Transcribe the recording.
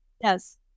yes